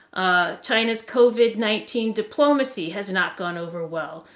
ah china's covid nineteen diplomacy has not gone over well.